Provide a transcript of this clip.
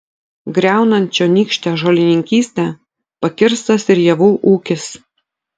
griaunant čionykštę žolininkystę pakirstas ir javų ūkis